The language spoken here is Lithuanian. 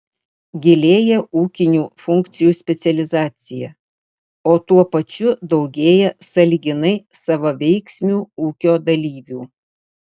gilėja ūkinių funkcijų specializacija o tuo pačiu daugėja sąlyginai savaveiksmių ūkio dalyvių